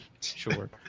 Sure